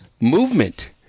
movement